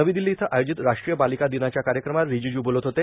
नवी दिल्ली इथं आयोजित राष्ट्रीय बालिका दिनाच्या कार्यक्रमात रिजीजू बोलत होते